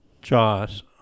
josh